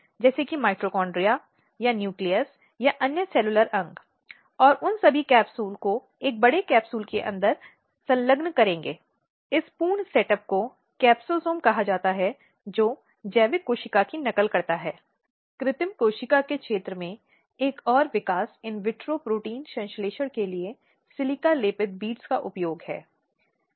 इसलिए लिंग हिंसा सबसे गंभीर और महत्वपूर्ण मुद्दों में से एक है जो महिलायें सामना कर रही हैं और एक चुनौती है जिसे राज्य सरकार द्वारा इसके निपटान में सभी संसाधनों के साथ संबोधित करने की आवश्यकता है